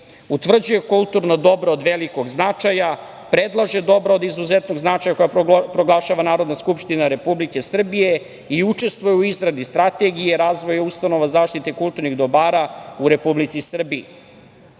utvrđuje kulturno dobro od velikog značaja, predlaže dobro od izuzetnog značaja koje proglašava Narodna skupština Republike Srbije i učestvuje u izradi Strategije razvoja ustanova zaštite kulturnih dobara u Republici Srbiji. Dok